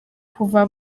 kuva